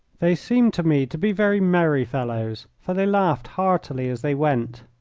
they seemed to me to be very merry fellows, for they laughed heartily as they went.